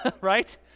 right